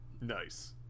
nice